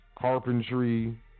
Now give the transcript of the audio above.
carpentry